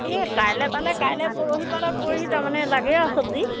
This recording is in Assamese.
এই কাইলৈ পালে কাইলৈ পৰহি পালে পৰহি তাৰমানে লাগে আৰু চব্জি